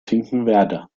finkenwerder